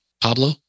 Pablo